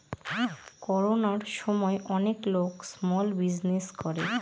করোনার সময় অনেক লোক স্মল বিজনেস করে